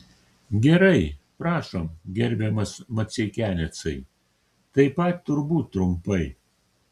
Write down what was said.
gerai prašom gerbiamas maceikianecai taip pat turbūt trumpai